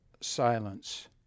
silence